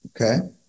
Okay